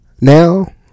now